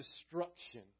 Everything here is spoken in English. destruction